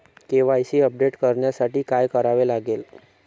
KYC update करण्यासाठी काय करावे लागेल?